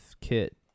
kit